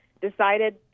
decided